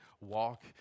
walk